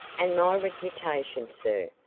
and my reputation, sir,